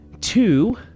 two